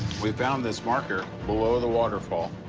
we found this marker below the waterfall.